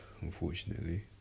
unfortunately